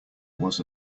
was